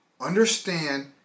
understand